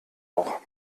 auch